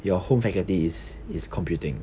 your home faculty is is computing